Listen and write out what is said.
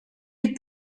est